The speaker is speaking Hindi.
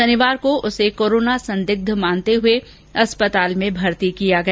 शनिवार को उसे कोरोना संदिग्ध मानते हुए अस्पताल में भर्ती किया गया